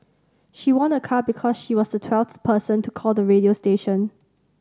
she won a car because she was the twelfth person to call the radio station